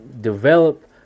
develop